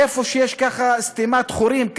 איפה שיש ככה סתימת חורים.